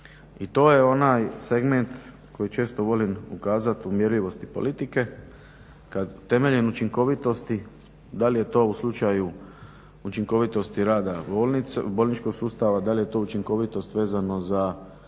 I to je onaj segment koji često volim ukazati u …/Govornik se ne razumije./… politike kad temeljem učinkovitosti, da li je to u slučaju učinkovitosti rada bolničkog sustava, da li je to učinkovitost vezana za